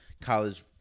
college